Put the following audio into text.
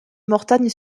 mortagne